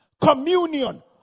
communion